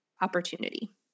opportunity